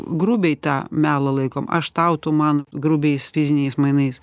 grubiai tą melą laikom aš tau tu man grubiais fiziniais mainais